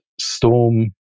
storm